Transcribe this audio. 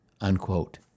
unquote